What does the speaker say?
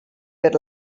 per